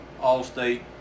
All-State